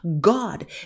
God